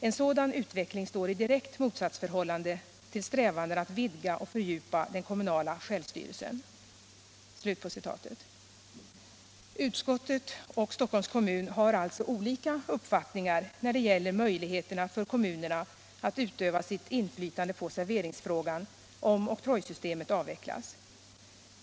En sådan utveckling står i direkt motsatsförhållande till strävandena att vidga och fördjupa den kommunala självstyrelsen.” Utskottet och Stockholms kommun har alltså olika uppfattningar när det gäller möjligheterna för kommunerna att utöva sitt inflytande på serveringsfrågan om oktrojsystemet avvecklas.